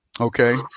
Okay